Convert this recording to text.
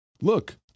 look